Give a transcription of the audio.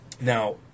Now